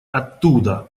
оттуда